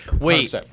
wait